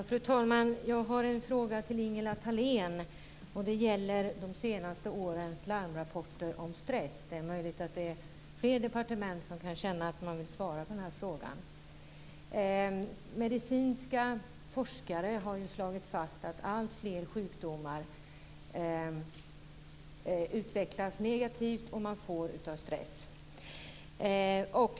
Fru talman! Jag har en fråga till Ingela Thalén, och den gäller de senaste årens larmrapporter om stress. Det är möjligt att det är statsråd från fler departement som känner att de vill svara på den här frågan. Forskare i medicin har nu slagit fast att alltfler sjukdomar utvecklas negativt och kan orsakas av stress.